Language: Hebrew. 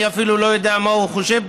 אני אפילו לא יודע מה הוא חושב פוליטית.